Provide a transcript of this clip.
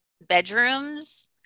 bedrooms